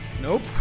Nope